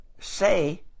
say